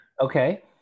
okay